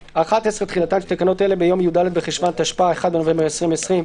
11. תחילתן של תקנות אלה ביום י"ד בחשוון התשפ"א (1 בנובמבר 2020),